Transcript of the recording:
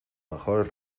mejores